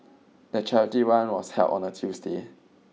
the charity run was held on a Tuesday